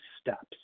steps